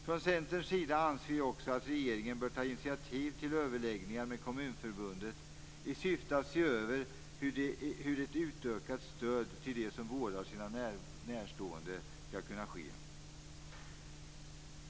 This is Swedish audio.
Från Centerns sida anser vi också att regeringen bör ta initiativ till överläggningar med Kommunförbundet i syfte att se över hur ett utökat stöd till dem som vårdar sina närstående skall kunna ges.